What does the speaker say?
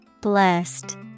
Blessed